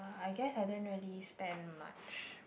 I guess I don't really spend much